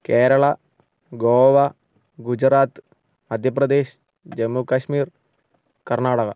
Kerala Goa Gujarat Madhya Pradesh Jammu Kashmir Karnataka